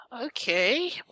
okay